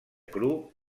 cru